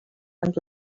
and